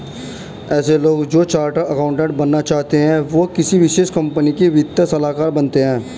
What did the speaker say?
ऐसे लोग जो चार्टर्ड अकाउन्टन्ट बनना चाहते है वो किसी विशेष कंपनी में वित्तीय सलाहकार बनते हैं